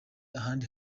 ahandi